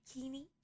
bikini